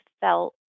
felt